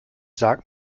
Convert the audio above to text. sag